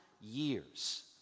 years